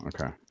okay